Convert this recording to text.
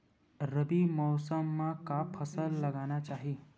रबी मौसम म का फसल लगाना चहिए?